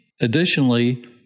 additionally